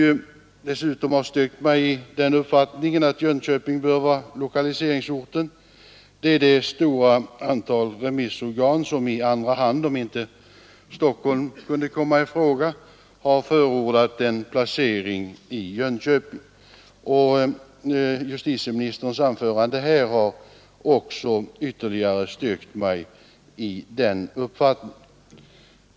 Något som styrkt mig i denna uppfattning är det stora antal remissorgan som, om inte Stockholm kunde komma i fråga, i andra hand förordat en placering i Jönköping. Justitieministerns anförande här har ytterligare styrkt mig i denna uppfattning.